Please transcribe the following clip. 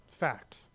fact